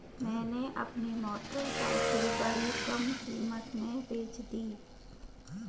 मैंने अपनी मोटरसाइकिल बड़ी कम कीमत में बेंच दी